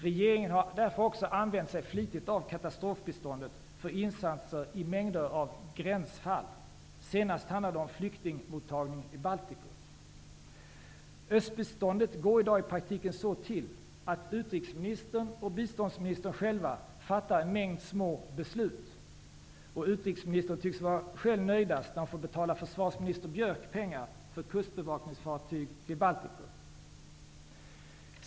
Regeringen har därför också använt sig flitigt av katastrofbiståndet för insatser i mängder av gränsfall. Senast handlade det om flyktingmottagning i Baltikum. Östbiståndet går i dag i praktiken så till att utrikesministern och biståndsministern själva fattar en mängd små beslut. Utrikesministern tycks vara nöjdast när hon får betala försvarsminister Björck pengar för kustbevakningsfartyg till Baltikum.